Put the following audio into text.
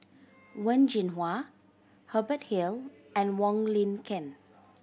Wen Jinhua Hubert Hill and Wong Lin Ken